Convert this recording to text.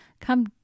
Come